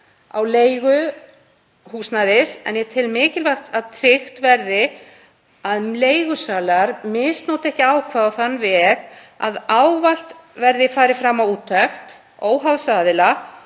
á leiguhúsnæði. Ég tel mikilvægt að tryggt verði að leigusalar misnoti ekki ákvæðið á þann veg að ávallt verði farið fram á úttekt óháðs aðila